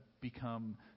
become